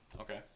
Okay